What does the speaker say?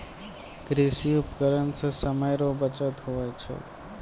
कृषि उपकरण से समय रो बचत हुवै छै